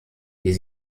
die